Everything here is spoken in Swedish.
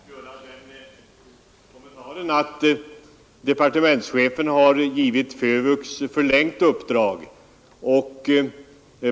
Herr talman! Jag har ingen annan mening än utskottsmajoriteten, men jag vill i anledning av herr Källstads anförande göra den kommentaren att departementschefen har givit FÖVUX förlängt uppdrag.